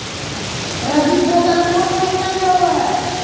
रबी फसल कोन महिना में होब हई?